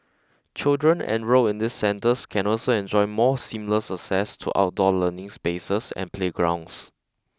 children enrolled in these centres can also enjoy more seamless access to outdoor learning spaces and playgrounds